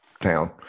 town